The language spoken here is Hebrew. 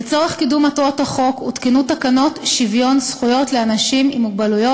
לצורך קידום מטרות החוק הותקנו תקנות שוויון זכויות לאנשים עם מוגבלות,